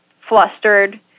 flustered